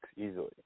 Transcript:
easily